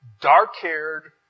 dark-haired